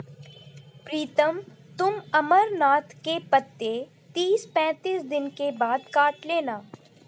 प्रीतम तुम अमरनाथ के पत्ते तीस पैंतीस दिन के बाद काट लेना